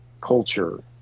culture